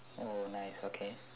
oh nice okay